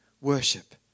worship